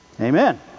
amen